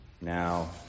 now